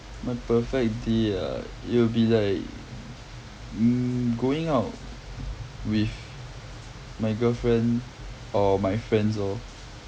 my perfect day ah it'll be like mm going out with my girlfriend or my friends lor